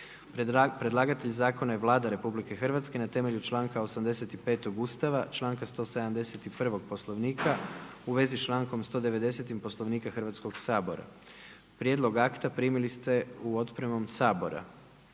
Predlagatelj zakona je Vlada RH na temelju članka 85. Ustava, članka 171. Poslovnika u svezi s člankom 190. Poslovnika Hrvatskog sabora. Prijedlog akta primili ste otpremom Sabora.